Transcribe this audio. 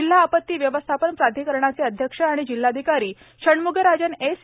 जिल्हा आपत्ती व्यवस्थापन प्राधिकरणचे अध्यक्ष तथा जिल्हाधिकारी षण्म्गराजन एस